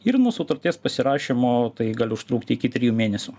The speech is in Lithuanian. ir nuo sutarties pasirašymo tai gali užtrukti iki trijų mėnesių